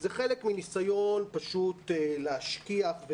זה חלק מניסיון פשוט להשכיח,